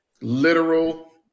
literal